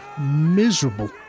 miserable